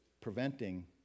preventing